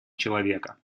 человека